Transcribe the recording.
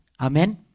Amen